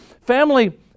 family